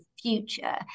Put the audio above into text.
future